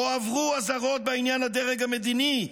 הועברו אזהרות בעניין לדרג המדיני,